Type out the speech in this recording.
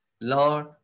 Lord